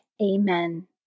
Amen